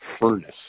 furnace